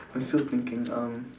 I'm still thinking um